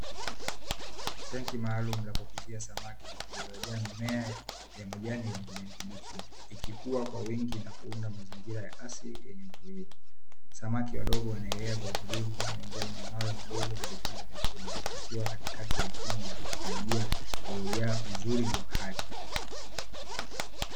Tenki maalumu la kukuzia samaki, lililojaa mimea ya majani yenye kijani kibichi. Ikikua kwa wingi na kuunda mazingira ya asili yenye utulivu. Samaki wadogo wanaelea kwa utulivu miongoni mwa mawe madogo na vipande vya kuni wakiwa katikati ya mfumo wa ikolojia uliojaa uzuri na uhai.